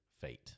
fate